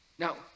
Now